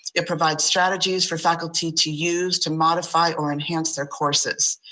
it provides strategies for faculty to use, to modify, or enhance their courses.